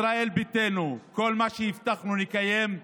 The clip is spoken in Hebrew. ישראל ביתנו, כל מה שהבטחנו, נקיים.